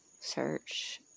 search